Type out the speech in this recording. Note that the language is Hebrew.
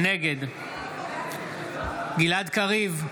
נגד גלעד קריב,